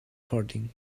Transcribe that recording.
farting